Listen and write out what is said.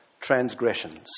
transgressions